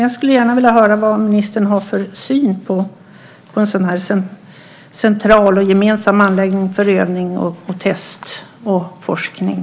Jag skulle gärna vilja höra vad ministern har för syn på en central och gemensam anläggning för övning, test och forskning.